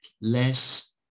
Less